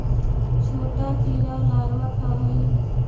छोटा कीड़ा लारवा खाऽ हइ